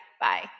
Bye